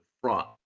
front